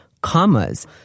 commas